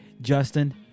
Justin